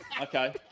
Okay